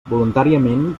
voluntàriament